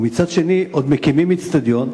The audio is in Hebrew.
ומצד שני עוד מקימים איצטדיון.